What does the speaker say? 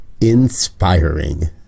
inspiring